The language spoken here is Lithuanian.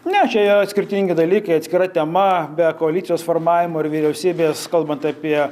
ne čia yra skirtingi dalykai atskira tema be koalicijos formavimo ir vyriausybės kalbant apie